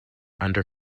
under